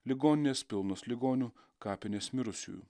ligoninės pilnos ligonių kapinės mirusiųjų